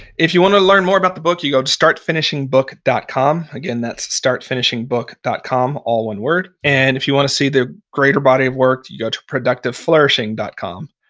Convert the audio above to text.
if you want to learn more about the book, you go to startfinishingbook dot com. again, that's startfinishingbook dot com. all one word. and if you want to see the greater body of work, you go to productiveflourishing dot com.